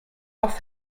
auf